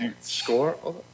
Score